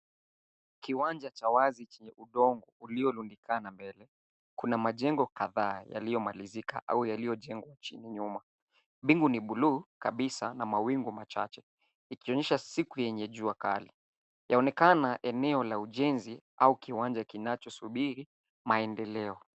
Kiwanja cha wazi chenye udongo uliorundikana mbele. Kuna majengo kadhaa yaliyomalizika au yaliyojengwa chini nyuma mbingu ni buluu kabisa na mawingu machache ikionyesha siku yenye jua kali yaonekana eneo la ujenzi au kiwanja kinachosubiri maendeleo.